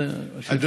עוד, שאלה נוספת.